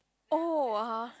oh (aha)